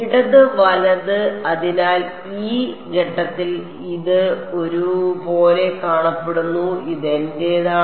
ഇടത് വലത് അതിനാൽ ഈ ഘട്ടത്തിൽ ഇത് ഒരു പോലെ കാണപ്പെടുന്നു ഇത് എന്റെതാണ്